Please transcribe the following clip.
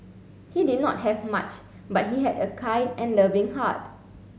he did not have much but he had a kind and loving heart